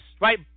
right